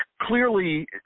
Clearly